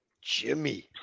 Jimmy